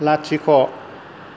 लाथिख'